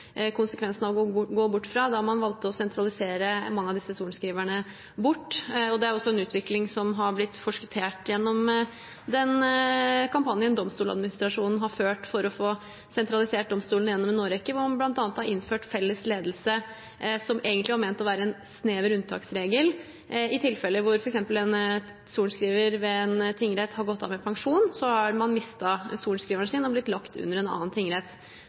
da man valgte å sentralisere bort mange av disse sorenskriverne. Det er også en utvikling som har blitt forskuttert gjennom den kampanjen Domstoladministrasjonen har ført for å få sentralisert domstolene gjennom en årrekke, hvor man bl.a. har innført felles ledelse, som egentlig var ment å være en snever unntaksregel for tilfeller der f.eks. en sorenskriver ved en tingrett har gått av med pensjon, og så har man mistet sorenskriveren sin og blitt lagt under en annen tingrett.